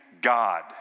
god